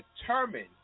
determined